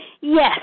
Yes